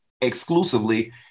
exclusively